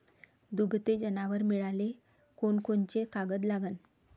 दुभते जनावरं मिळाले कोनकोनचे कागद लागन?